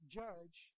judge